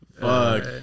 fuck